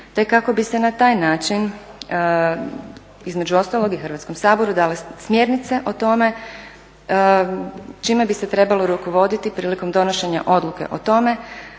te kako bi se na taj način između ostalog i Hrvatskom saboru dale smjernice o tome čime bi se trebalo rukovoditi prilikom donošenja odluke o tome